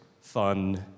fun